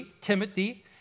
Timothy